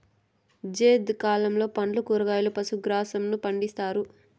జైద్ కాలంలో పండ్లు, కూరగాయలు, పశు గ్రాసంను పండిత్తారు